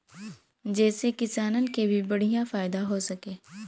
जेसे किसानन के भी बढ़िया फायदा हो सके